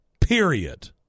Period